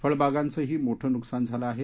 फळबागांचही मोठ नुकसान झालं आहे